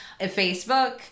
Facebook